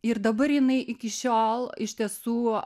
ir dabar jinai iki šiol iš tiesų